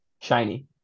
Shiny